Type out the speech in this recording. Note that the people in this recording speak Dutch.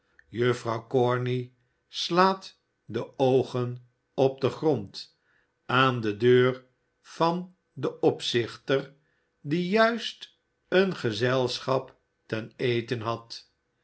de oogen op den grond aan de deur van den opzichter die juist een gezelschap ten eten had